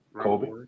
Kobe